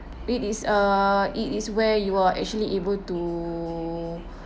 it is uh it is where you are actually able to